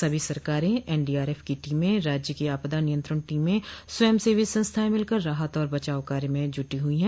सभी सरकारें एनडीआरएफ की टीमें राज्य की आपदा नियंत्रण टीमे स्वयं सेवी संस्थाएं मिलकर राहत और बचाव कार्यों में जुटी हैं